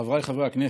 חבריי חברי הכנסת,